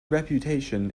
reputation